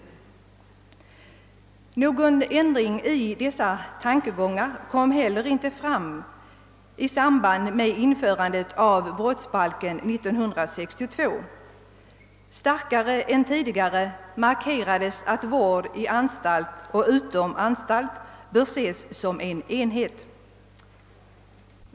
Nå gon ändring i dessa tankegångar kom heller inte fram i samband med införandet av den nya brottsbalken 1962. Starkare än tidigare markerades då att vård i anstalt och utom anstalt bör ses som en enhet.